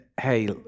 hey